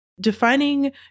Defining